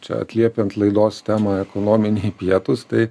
čia atliepiant laidos temą ekonominiai pietūs tai